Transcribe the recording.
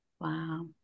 Wow